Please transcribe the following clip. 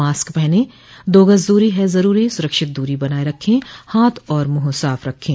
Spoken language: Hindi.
मास्क पहनें दो गज़ दूरी है ज़रूरी सुरक्षित दूरी बनाए रखें हाथ और मुंह साफ़ रखें